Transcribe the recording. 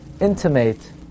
intimate